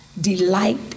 delight